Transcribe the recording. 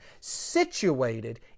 situated